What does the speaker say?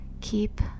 keep